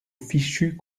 fichu